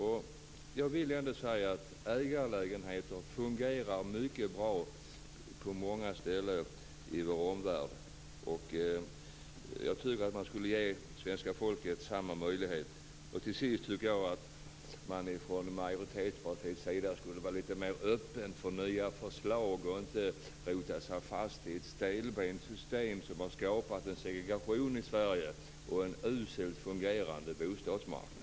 Ägarlägenheter fungerar mycket bra på många ställen i vår omvärld. Jag tycker att man skulle ge svenska folket samma möjlighet. Till sist tycker jag att man från majoritetspartiets sida skulle vara litet mer öppen för nya förslag och inte rota sig fast i ett stelbent system som har skapat en segregation i Sverige och en uselt fungerande bostadsmarknad.